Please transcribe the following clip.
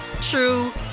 true